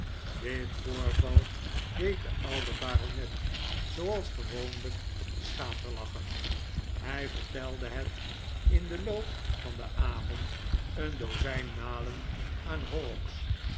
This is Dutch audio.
dit voorval deed den ouden baronet zooals gewoonlijk schaterlachen hij vertelde het in den loop van den avond een dozijn malen aan horrocks